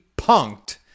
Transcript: punked